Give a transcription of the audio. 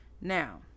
Now